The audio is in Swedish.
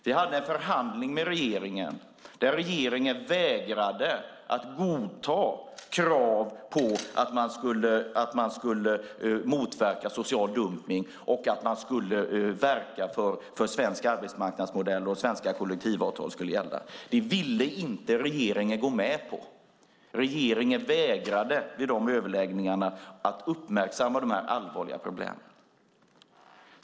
Vi hade en förhandling med regeringen där regeringen vägrade att godta krav på att man skulle motverka social dumpning och verka för den svenska arbetsmarknadsmodellen och att svenska kollektivavtal skulle gälla. Det ville inte regeringen gå med på. Vid de överläggningarna vägrade regeringen att uppmärksamma de här allvarliga problemen.